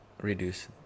reduce